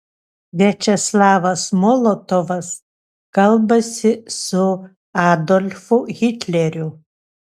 viačeslavas molotovas kalbasi su adolfu hitleriu